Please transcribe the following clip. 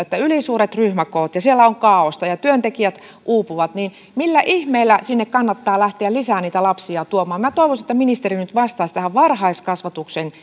on tämä että on ylisuuret ryhmäkoot siellä on kaaosta ja työntekijät uupuvat niin miten ihmeessä sinne kannattaa lähteä lisää niitä lapsia tuomaan minä toivoisin että ministeri nyt vastaisi tähän varhaiskasvatuksen